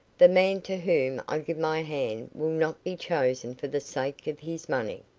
the man to whom i give my hand will not be chosen for the sake of his money.